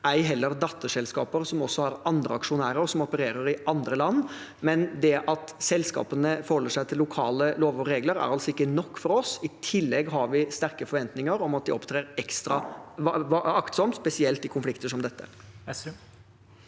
ei heller datterselskaper, som også har andre aksjonærer, og som opererer i andre land, men det at selskapene forholder seg til lokale lover og regler, er altså ikke nok for oss. Vi har i tillegg sterke forventninger om at de opptrer ekstra aktsomt, spesielt i konflikter som dette.